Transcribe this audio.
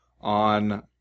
on